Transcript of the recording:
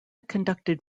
conducted